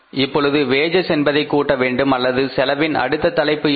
இப்பொழுது வேஜஸ் என்பதை கூட்ட வேண்டும் அல்லது செலவின் அடுத்த தலைப்பு என்ன